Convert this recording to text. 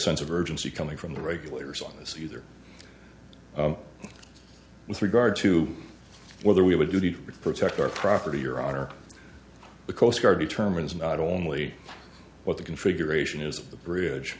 sense of urgency coming from the regulars on this either with regard to whether we have a duty to protect our property your honor the coast guard determines not only what the configuration is of the bridge